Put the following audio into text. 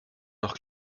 noch